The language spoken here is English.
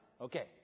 Okay